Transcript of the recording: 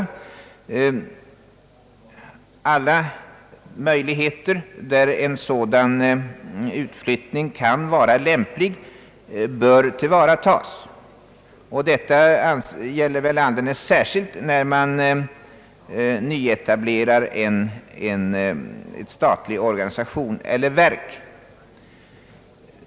Alla möjligheter till sådan utflyttning där den kan vara lämplig bör tillvaratas. Detta gäller alldeles särskilt när man nyetablerar en statlig organisation eller ett verk.